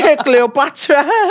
Cleopatra